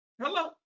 Hello